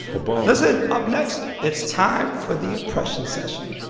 but but listen. up next, it's time for the impression session